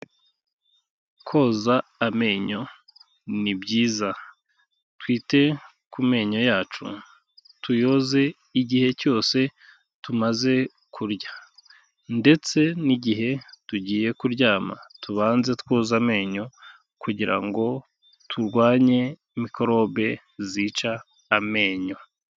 Koza amenyo ni byiza, twite ku menyo yacu tuyoze igihe cyose tumaze kurya ndetse n'igihe tugiye kuryama tubanze twoza amenyo kugira ngo turwanye mikorobe zica amenyo.